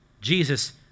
Jesus